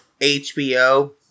HBO